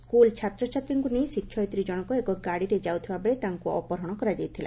school ଛାତ୍ରଛାତ୍ରୀଙ୍କୁ ନେଇ ଶିକ୍ଷୟିତ୍ରୀ କଶକ ଏକ ଗାଡ଼ିରେ ଯାଉଥିବା ବେଳେ ତାଙ୍କୁ ଅପହରଣ କରାଯାଇଥିଲା